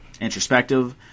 introspective